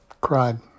cried